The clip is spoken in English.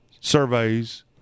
surveys